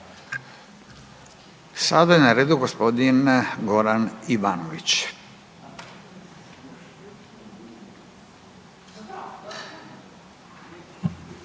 Sada je na redu g. Goran Ivanović.